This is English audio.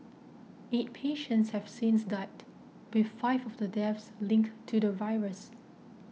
eight patients have since died with five of the deaths linked to the virus